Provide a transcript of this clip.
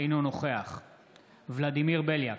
אינו נוכח ולדימיר בליאק,